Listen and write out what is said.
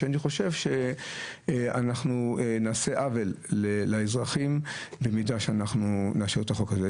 ואני חושב שאנחנו נעשה עוול לאזרחים אם נאשר את החוק הזה.